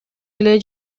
эле